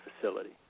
facility